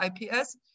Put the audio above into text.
IPS